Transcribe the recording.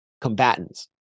combatants